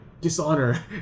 dishonor